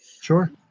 Sure